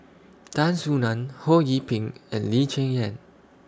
Tan Soo NAN Ho Yee Ping and Lee Cheng Yan